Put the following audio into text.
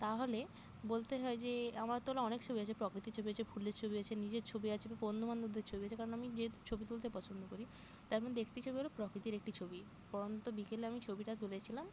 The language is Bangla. তাহলে বলতেই হয় যে আমার তোলা অনেক ছবি আছে প্রকৃতির ছবি আছে ফুলের ছবি আছে নিজের ছবি আছে বন্ধু বান্ধবদের ছবি আছে কারণ আমি যেহেতু ছবি তুলতে পছন্দ করি তার মধ্যে একটি ছবি হলো প্রকৃতির একটি ছবি পড়ন্ত বিকেলে আমি ছবিটা তুলেছিলাম